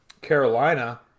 Carolina